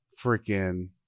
freaking